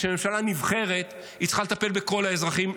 ממשלה נבחרת צריכה לטפל בכל האזרחים,